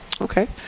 Okay